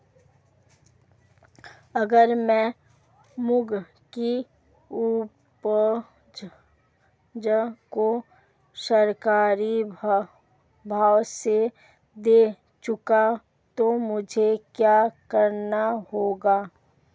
अगर मैं मूंग की उपज को सरकारी भाव से देना चाहूँ तो मुझे क्या करना होगा?